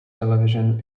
television